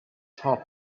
top